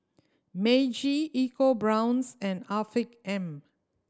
Meiji EcoBrown's and Afiq M